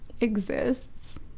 Exists